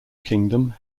kingdom